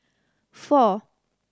four